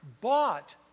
bought